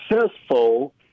successful